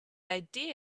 idea